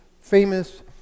famous